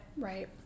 right